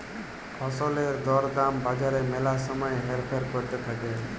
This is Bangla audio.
ফসলের দর দাম বাজারে ম্যালা সময় হেরফের ক্যরতে থাক্যে